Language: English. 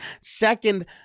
Second